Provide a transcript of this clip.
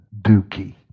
dookie